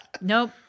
nope